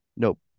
Nope